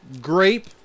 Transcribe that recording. grape